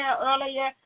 earlier